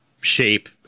shape